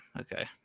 Okay